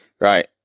Right